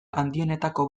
handienetako